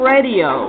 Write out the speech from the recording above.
Radio